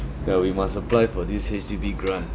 ya we must apply for this H_D_B grant